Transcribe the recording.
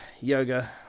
yoga